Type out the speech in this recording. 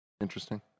Interesting